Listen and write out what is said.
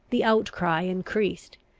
the outcry increased.